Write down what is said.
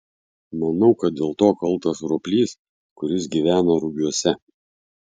manau kad dėl to kaltas roplys kuris gyvena rugiuose